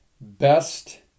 Best